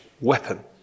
weapon